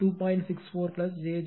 64 j 0